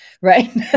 right